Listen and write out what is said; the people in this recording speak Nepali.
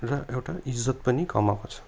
र एउटा इज्जत पनि कमाएको छ